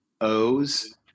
O's